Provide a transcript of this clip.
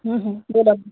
बोला